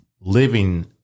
living